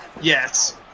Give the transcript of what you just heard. Yes